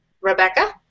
Rebecca